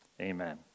Amen